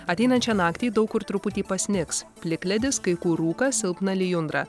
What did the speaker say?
ateinančią naktį daug kur truputį pasnigs plikledis kai kur rūkas silpna lijundra